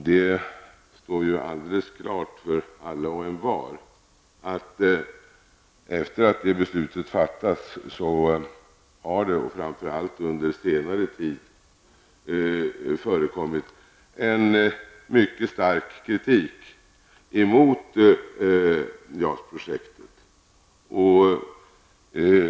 Det står alldeles klart för alla och envar att det efter att det beslutet fattats, och framför allt under senare tid, har förekommit en mycket stark kritik mot JAS projektet.